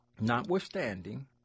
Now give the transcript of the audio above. Notwithstanding